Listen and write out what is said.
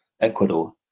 Ecuador